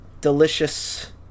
delicious